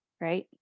right